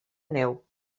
neu